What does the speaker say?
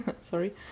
sorry